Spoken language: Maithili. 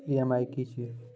ई.एम.आई की छिये?